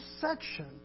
section